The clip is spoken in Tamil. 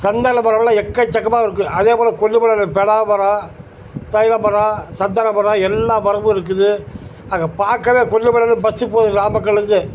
சந்தன மரம்லாம் எக்கச்சக்கமாக இருக்குது அதே போல கொல்லிமலையில் பலா மரம் தைல மரம் சந்தன மரம் எல்லா மரமும் இருக்குது அங்கே பார்க்கவே கொல்லிமலையில் பஸ்ஸு போகுது நாமக்கலில் இருந்து